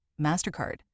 MasterCard